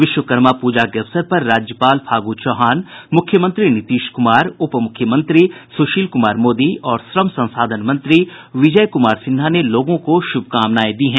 विश्वकर्मा पूजा के अवसर पर राज्यपाल फागू चौहान मुख्यमंत्री नीतीश कुमार उपमुख्यमंत्री सुशील कुमार मोदी और श्रम संसाधन मंत्री विजय कुमार सिन्हा ने लोगों को शुभकामनाएं दी हैं